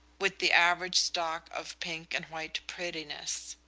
with the average stock of pink and white prettiness.